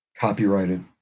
copyrighted